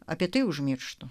apie tai užmirštų